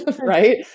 right